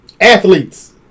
Athletes